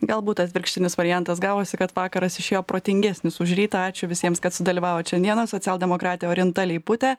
galbūt atvirkštinis variantas gavosi kad vakaras išėjo protingesnis už rytą ačiū visiems kad sudalyvavot šiandieną socialdemokratė orinta leiputė